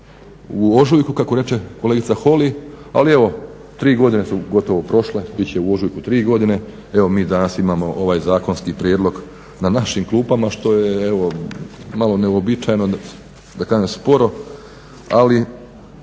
u ožujku kako reče kolegica Holy. Ali evo tri godine su gotovo prošle, bit će u ožujku tri godine. Evo mi danas imamo ovaj zakonski prijedlog na našim klupama što je evo malo neuobičajeno, da kažem sporo ali